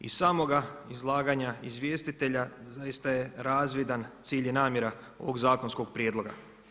Iz samoga izlaganja izvjestitelja zaista je razvidan cilj i namjera ovog zakonskog prijedloga.